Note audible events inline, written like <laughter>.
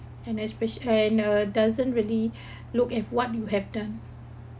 and especia~ and uh doesn't really <breath> look at what you have done